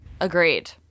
agreed